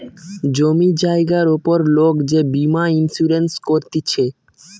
জমি জায়গার উপর লোক যে বীমা ইন্সুরেন্স করতিছে